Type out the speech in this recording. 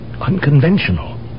unconventional